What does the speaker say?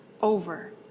over